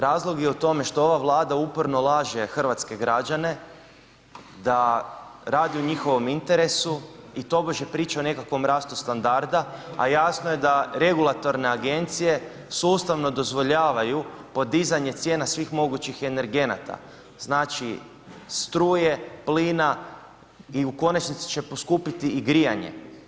Razlog je u tome što ova Vlada uporno laže hrvatske građane da radi u njihovom interesu i tobože priča o nekakvom rastu standarda a jasno je da regulatorne agencije sustavno dozvoljavaju podizanje cijena svih mogućih energenata, znači struje, plina i u konačnici će poskupiti i grijanje.